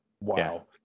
wow